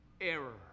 error